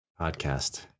podcast